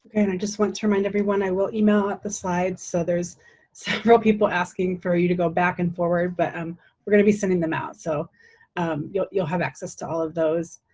and i just want to remind everyone i will email out the slides so there's several people asking for you to go back and forward but um we're gonna be sending them out, so you'll you'll have access to all of those.